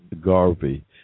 Garvey